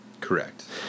Correct